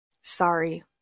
Sorry